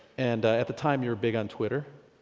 and at the time you were big on twitter,